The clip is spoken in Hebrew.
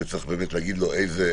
שצריך להגיד לו באיזה